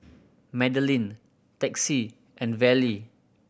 Madlyn Texie and Vallie